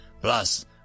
plus